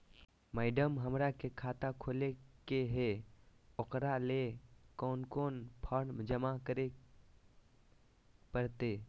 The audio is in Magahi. मैडम, हमरा के खाता खोले के है उकरा ले कौन कौन फारम जमा करे परते?